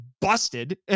busted